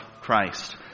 Christ